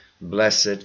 blessed